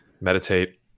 Meditate